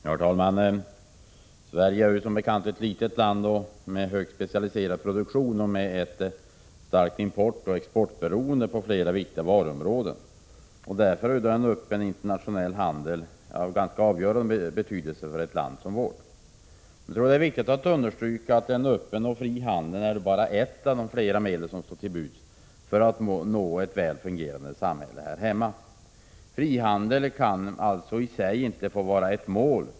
Herr talman! Sverige är som bekant ett litet land med högt specialiserad produktion och med ett starkt importoch exportberoende på flera viktiga varuområden. Därför är en öppen internationell handel av ganska avgörande betydelse för ett land som vårt. Det är viktigt att understryka att en öppen och fri handel bara är ett av de flera medel som står till buds för att nå ett väl fungerande samhälle. Frihandeln kan alltså i sig inte vara ett mål.